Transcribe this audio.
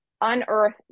unearth